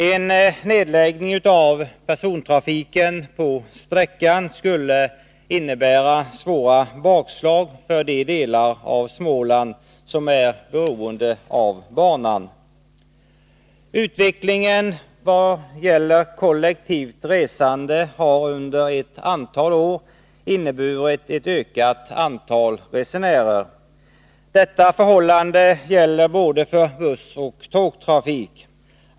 En nedläggning av persontrafiken på sträckan skulle innebära svåra bakslag för de delar av Småland som är beroende av banan. Utvecklingen vad gäller kollektivt resande har under några år inneburit ett ökat antal resenärer. Detta förhållande gäller både för bussoch tågtrafik.